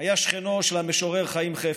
היה שכנו של המשורר חיים חפר.